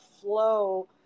flow